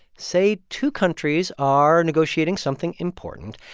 say two countries are negotiating something important,